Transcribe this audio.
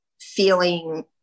feeling